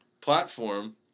platform